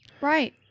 Right